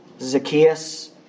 Zacchaeus